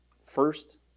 first